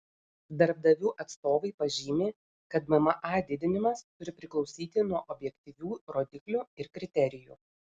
darbdavių atstovai pažymi kad mma didinimas turi priklausyti nuo objektyvių rodiklių ir kriterijų